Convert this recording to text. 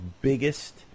biggest